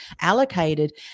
allocated